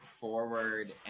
forward